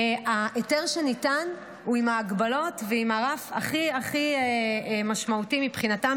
ההיתר שניתן הוא עם ההגבלות ועם הרף הכי משמעותי מבחינתם,